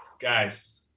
guys